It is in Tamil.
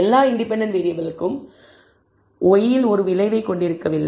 எல்லா இண்டிபெண்டன்ட் வேறியபிள்களும் y இல் ஒரு விளைவைக் கொண்டிருக்கவில்லை